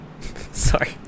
sorry